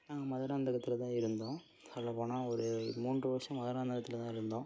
நாங்கள் மதுராந்தகத்தில் தான் இருந்தோம் சொல்லப்போனால் ஒரு மூன்றரை வருஷம் மதுராந்தகத்தில் தான் இருந்தோம்